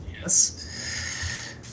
Yes